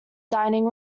dining